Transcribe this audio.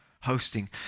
hosting